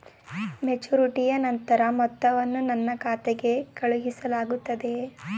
ಮೆಚುರಿಟಿಯ ನಂತರ ಮೊತ್ತವನ್ನು ನನ್ನ ಖಾತೆಗೆ ಕಳುಹಿಸಲಾಗುತ್ತದೆಯೇ?